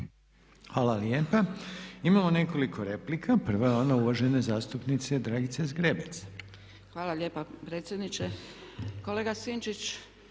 Hvala lijepa. Imamo nekoliko replika, prva je ona uvažene zastupnice Dragice Zgrebec. **Zgrebec, Dragica (SDP)** Hvala lijepa predsjedniče. Kolega Sinčić,